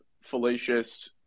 fallacious